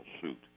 suit